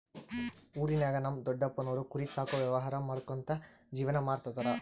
ಊರಿನಾಗ ನಮ್ ದೊಡಪ್ಪನೋರು ಕುರಿ ಸಾಕೋ ವ್ಯವಹಾರ ಮಾಡ್ಕ್ಯಂತ ಜೀವನ ಮಾಡ್ತದರ